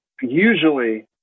usually